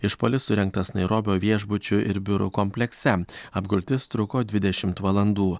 išpuolis surengtas nairobio viešbučių ir biurų komplekse apgultis truko dvidešimt valandų